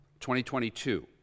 2022